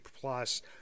plus